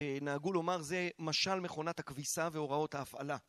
נהגו לומר זה משל מכונת הכביסה והוראות ההפעלה